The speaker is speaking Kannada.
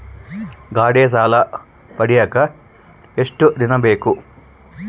ಗಾಡೇ ಸಾಲ ಪಡಿಯಾಕ ಎಷ್ಟು ದಿನ ಬೇಕು?